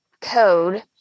code